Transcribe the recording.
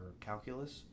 calculus